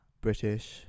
British